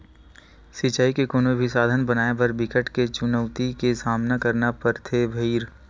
सिचई के कोनो भी साधन बनाए बर बिकट के चुनउती के सामना करना परथे भइर